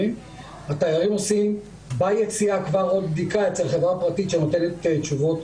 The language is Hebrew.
התיירים עושים ביציאה עוד בדיקה אצל חברה פרטית שנותנת תשובות